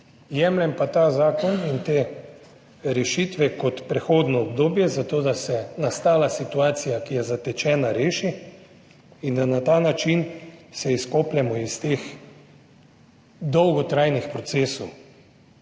Jemljem pa ta zakon in te rešitve kot prehodno obdobje zato, da se nastala situacija, ki je zatečena reši, in da na ta način se izkopljemo iz teh dolgotrajnih procesov.